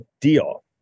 deal